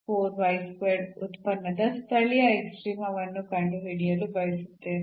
ನಾವು ಉತ್ಪನ್ನದ ಸ್ಥಳೀಯ ಎಕ್ಸ್ಟ್ರೀಮ ವನ್ನು ಕಂಡುಹಿಡಿಯಲು ಬಯಸುತ್ತೇವೆ